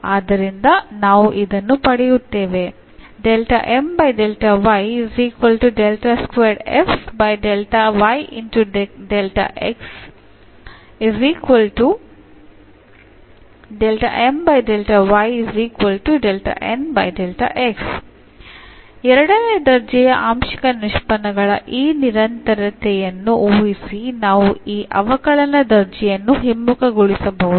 ಆದ್ದರಿಂದ ನಾವು ಇದನ್ನು ಪಡೆಯುತ್ತೇವೆ ಎರಡನೇ ದರ್ಜೆಯ ಆಂಶಿಕ ನಿಷ್ಪನ್ನಗಳ ಈ ನಿರಂತರತೆಯನ್ನು ಊಹಿಸಿ ನಾವು ಈ ಅವಕಲನ ದರ್ಜೆಯನ್ನು ಹಿಮ್ಮುಖಗೊಳಿಸಬಹುದು